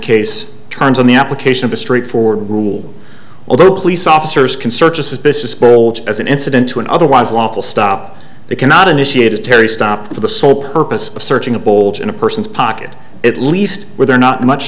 case turns on the application of a straightforward rule although police officers can search a suspicious boat as an incident to another was lawful stop they cannot initiate a terry stop for the sole purpose of searching a boulder in a person's pocket at least were there not much